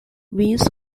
wings